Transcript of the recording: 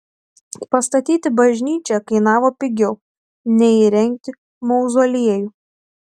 pastatyti bažnyčią kainavo pigiau nei įrengti mauzoliejų